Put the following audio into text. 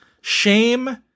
Shame